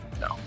no